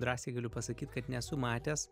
drąsiai galiu pasakyt kad nesu matęs